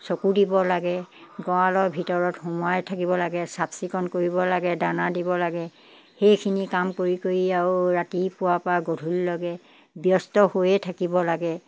চকু দিব লাগে গঁৰালৰ ভিতৰত সোমাই থাকিব লাগে চাফ চিকুণ কৰিব লাগে দানা দিব লাগে সেইখিনি কাম কৰি কৰি আৰু ৰাতিপুৱাৰপৰা গধূলিলৈকে ব্যস্ত হৈয়ে থাকিব লাগে